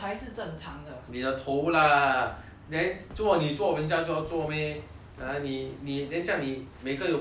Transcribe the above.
你的头 lah then 做你做人家就要做 meh ah 你你 then 这样你每个爸爸